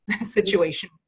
situation